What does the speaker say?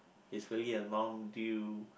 it's really a non deal